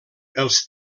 els